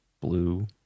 blue